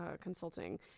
consulting